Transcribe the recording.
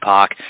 Park